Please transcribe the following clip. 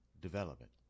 development